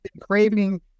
craving